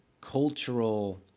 cultural